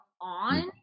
on